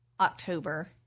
October